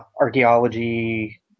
Archaeology